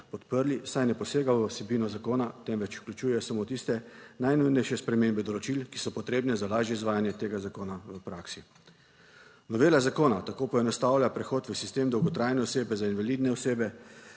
podprli, saj ne posega v vsebino zakona, temveč vključuje samo tiste najnujnejše spremembe določil, ki so **5. TRAK: (NB) - 9.20** (nadaljevanje) potrebne za lažje izvajanje tega zakona v praksi. Novela zakona tako poenostavlja prehod v sistem dolgotrajne osebe za invalidne osebe,